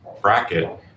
bracket